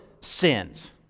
sins